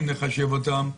אם נחשב אותם,